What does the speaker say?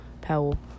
Powell